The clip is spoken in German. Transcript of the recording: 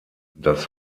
das